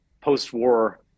post-war